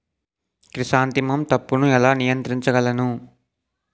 Chrysanthemum తప్పును ఎలా నియంత్రించగలను?